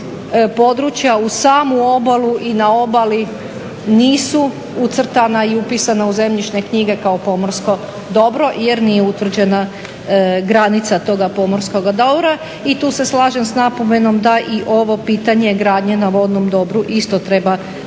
uz samu obalu i na obali nisu ucrtana i upisana u zemljišne knjige kao pomorsko dobro jer nije utvrđena granica toga pomorskoga dobra. I tu se slažem s napomenom da i ovo pitanje gradnje na vodnom dobru isto treba vrlo,